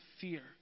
fear